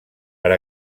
per